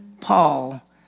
Paul